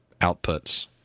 outputs